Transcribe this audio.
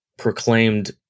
Proclaimed